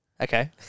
Okay